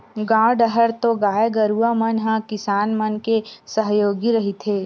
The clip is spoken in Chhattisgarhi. गाँव डाहर तो गाय गरुवा मन ह किसान मन के सहयोगी रहिथे